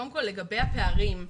קודם כל לגבי הפערים,